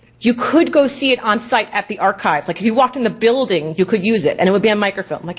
you could go see it on site at the archive. like could we walk in the building, you could use it and it would be a microfilm, like